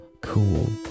cool